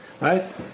right